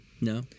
No